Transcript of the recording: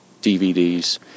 DVDs